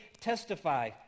testify